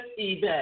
eBay